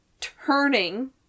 turning